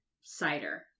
cider